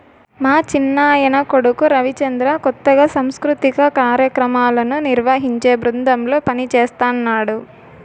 మా చిన్నాయన కొడుకు రవిచంద్ర కొత్తగా సాంస్కృతిక కార్యాక్రమాలను నిర్వహించే బృందంలో పనిజేస్తన్నడు